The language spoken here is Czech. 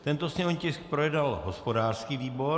Tento sněmovní tisk projednal hospodářský výbor.